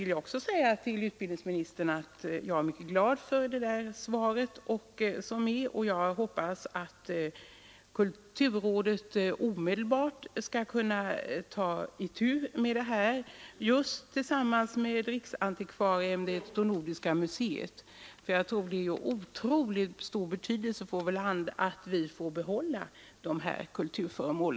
Jag vill till utbildningsministern också säga att jag är mycket glad över hans svar. Jag hoppas att kulturrådet omedelbart skall ta itu med detta problem tillsammans med riksantikvarieämbetet och Nordiska museet. Det är nämligen av synnerligen stor betydelse att vi får behålla dessa kulturföremål.